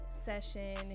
session